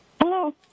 hello